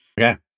Okay